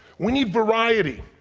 we need variety,